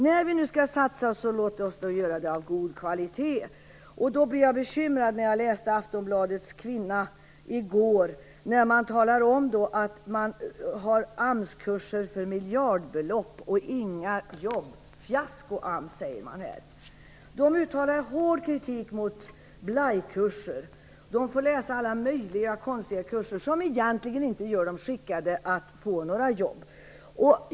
När vi nu skall satsa, låt oss satsa på god kvalitet. Jag blev bekymrad när jag läste Aftonbladets "Kvinna" i går och såg att man ger AMS-kurser för miljardbelopp utan att det ger jobb. "Fiasko, AMS!" står det. Kvinnorna uttalar hård kritik mot "blajkurser". De får läsa alla möjliga konstiga kurser som egentligen inte gör dem skickade att få några jobb.